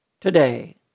today